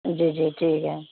جی جی ٹھیک ہے